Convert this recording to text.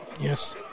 Yes